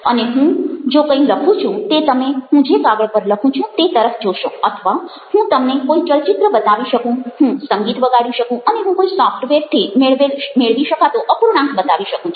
અને હું જો કંઈ લખું છું તો તમે હું જે કાગળ પર લખું છું તે તરફ જોશો અથવા હું તમને કોઈ ચલચિત્ર બતાવી શકું હું સંગીત વગાડો શકું અને હું કોઈ સોફ્ટવેરથી મેળવી શકાતો અપૂર્ણાંક બતાવી શકું છું